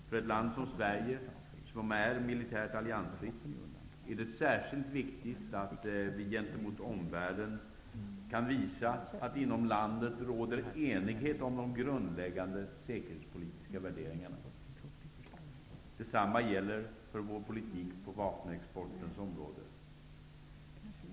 För ett land som Sverige, som är militärt alliansfritt, är det särskilt viktigt att gentemot omvärlden kunna visa att det inom landet råder enighet om de grundläggande säkerhetspolitiska värderingarna. Detsamma gäller för vår politik på vapenexportens område.